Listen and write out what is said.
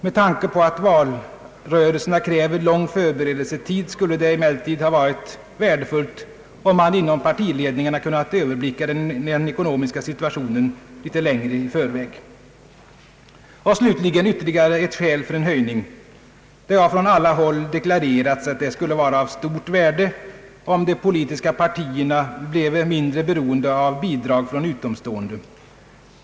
Med tanke på att valrörelserna kräver lång förberedelsetid skulle det emellertid ha varit värdefullt, om man inom partiledningarna kunnat Ööverblicka den ekonomiska situationen litet längre tid i förväg. Slutligen finns ytteligare ett skäl för en höjning. Man har från alla håll deklarerat, att det skulle vara av stort värde, om de politiska partierna bleve mindre beroende av bidrag från utomstående.